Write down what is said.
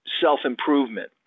self-improvement